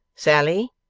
sally,